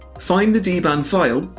find the dban file,